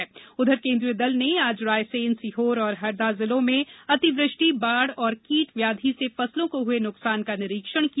केन्द्रीय दल उधर केंद्रीय दल ने आज रायसेन सीहोर और हरदा जिलों में अतिवृष्टि बाढ़ तथा कीट व्याधि से फसलों को हुए नुकसान का निरीक्षण किया